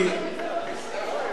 לא ייתן היתר הריסה, זה הכול.